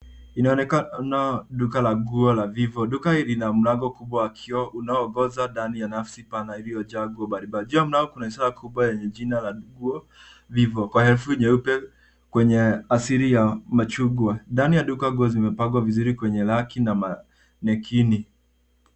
Inaonekana duka la nguo la Vivo. Duka lina mlango kubwa wa kioo unaoongoza ndani ya nafasi pana iliyo jaa nguo mbali mbali. Juu ya mlango kuna ishara kubwa yenye jina ya nguo vivo kwa herufi nyeupe kwenye asili ya machungwa. Ndani ya duka zimepangwa nguo kwenye raki na kwa makini.